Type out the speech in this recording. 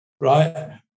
right